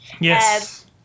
yes